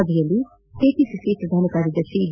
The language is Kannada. ಸಭೆಯಲ್ಲಿ ಕೆಪಿಸಿಸಿ ಪ್ರಧಾನ ಕಾರ್ಯದರ್ತಿ ವಿ